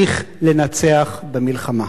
שצריך לנצח במלחמה.